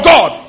God